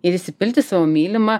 ir įsipilt į savo mylimą